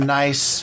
nice